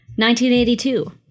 1982